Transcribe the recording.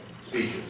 speeches